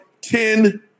Ten